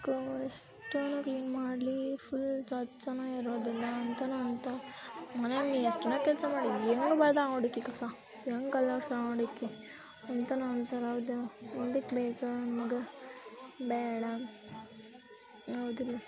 ಎಷ್ಟಾರ clean ಮಾಡಲಿ full ಸ್ವಚ್ಛಾನೇ ಇರೋದಿಲ್ಲ ಅಂತೆಲ್ಲ ಅಂತಾರೆ ಮನ್ಯಾಗೆ ನೀ ಎಷ್ಟಾರ ಕೆಲಸ ಮಾಡಿ ಏನಾದ್ರು ಕಸ ಅಂತೆಲ್ಲ ಅಂತಾರೆ ಇದು ಎದಕ್ಕೆ ಬೇಕು ನಮಗೆ ಬೇಡ ಹೌದಲ್ಲೊ